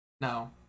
No